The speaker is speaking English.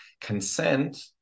Consent